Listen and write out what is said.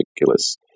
ridiculous